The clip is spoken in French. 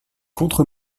contre